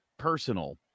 Personal